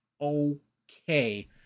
okay